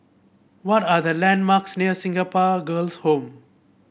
what are the landmarks near Singapore Girls' Home